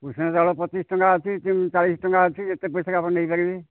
ଉଷୁନା ଚାଉଳ ପଚିଶ ଟଙ୍କା ଅଛି ଚାଳିଶ ଟଙ୍କା ଅଛି ଯେତେ ପଇସାରେ ଆପଣ ନେଇପାରିବେ